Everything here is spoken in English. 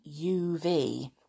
UV